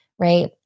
right